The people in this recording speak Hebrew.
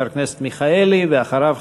חבר הכנסת מיכאלי, ואחריו,